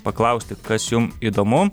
paklausti kas jum įdomu